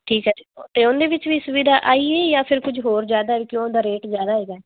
ਠੀਕ ਐ ਤੇ ਉਹਦੇ ਵਿੱਚ ਵੀ ਸੁਵਿਧਾ ਆਈ ਏਹ ਜਾਂ ਫਿਰ ਕੁਝ ਹੋਰ ਜਿਆਦਾ ਕਿਉਂ ਦਾ ਰੇਟ ਜਿਆਦਾ ਹੈਗਾ